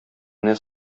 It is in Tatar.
менә